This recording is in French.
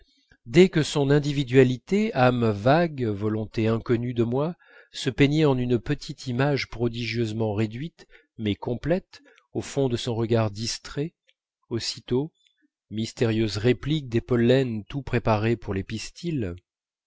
dès que son individualité âme vague volonté inconnue de moi se peignait en une petite image prodigieusement réduite mais complète au fond de son regard distrait aussitôt mystérieuse réplique des pollens tout préparés pour les pistils